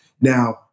Now